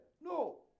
No